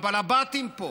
הבעלבתים פה,